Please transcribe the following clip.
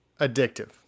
addictive